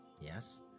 Yes